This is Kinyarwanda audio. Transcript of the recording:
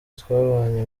twabanye